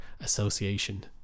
association